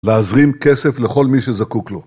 להזרים כסף לכל מי שזקוק לו.